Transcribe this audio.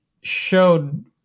showed